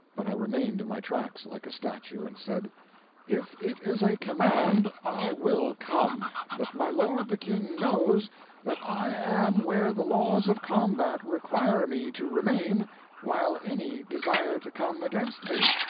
but i remained in my tracks, like a statue, and said if it is a command, i will come, but my lord the king knows that i am where the laws of combat require me to remain while any desire to come against me.